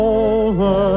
over